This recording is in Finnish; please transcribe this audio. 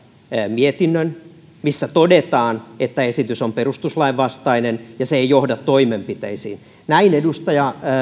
mietinnön missä todetaan että esitys on perustuslain vastainen ja se ei johda toimenpiteisiin näin edustaja